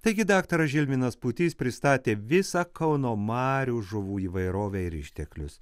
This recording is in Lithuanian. taigi daktaras žilvinas pūtys pristatė visą kauno marių žuvų įvairovę ir išteklius